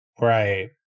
right